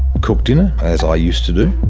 cooked dinner, as i used to do.